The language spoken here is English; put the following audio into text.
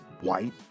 white